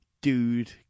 ...dude